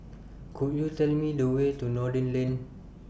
Could YOU Tell Me The Way to Noordin Lane